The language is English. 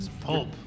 pulp